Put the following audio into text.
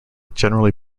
generally